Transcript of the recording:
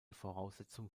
voraussetzung